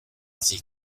sie